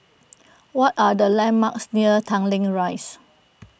what are the landmarks near Tanglin Rise